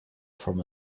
from